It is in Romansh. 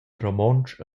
romontsch